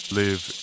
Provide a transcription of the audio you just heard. live